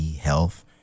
health